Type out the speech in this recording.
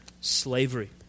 slavery